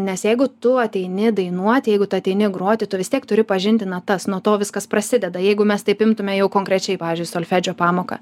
nes jeigu tu ateini dainuoti jeigu tu ateini groti tu vis tiek turi pažinti natas nuo to viskas prasideda jeigu mes taip imtume jau konkrečiai pavyzdžiui solfedžio pamoką